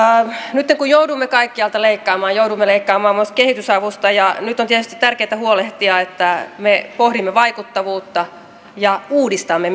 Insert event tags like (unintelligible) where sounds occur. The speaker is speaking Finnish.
nytten kun joudumme kaikkialta leikkaamaan joudumme leikkaamaan myös kehitysavusta ja nyt on tietysti tärkeätä huolehtia että me pohdimme vaikuttavuutta ja uudistamme (unintelligible)